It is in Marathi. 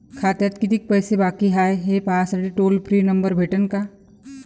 खात्यात कितीकं पैसे बाकी हाय, हे पाहासाठी टोल फ्री नंबर भेटन का?